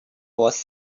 was